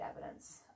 evidence